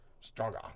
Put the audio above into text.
Stronger